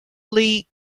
league